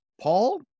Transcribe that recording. Paul